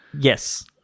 Yes